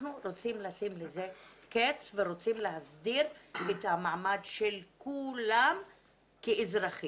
אנחנו רוצים לשים לזה קץ ורוצים להסדיר את המעמד של כולם כאזרחים,